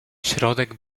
środek